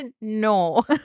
No